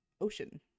ocean